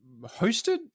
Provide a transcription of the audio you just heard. hosted